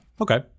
okay